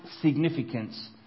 significance